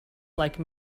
like